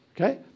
Okay